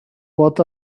what